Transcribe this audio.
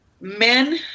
men